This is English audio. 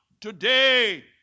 today